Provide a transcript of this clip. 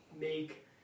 make